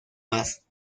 más